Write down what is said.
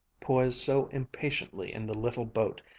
poised so impatiently in the little boat,